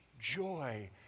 joy